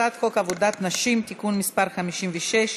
הצעת חוק עבודת נשים (תיקון מס' 56),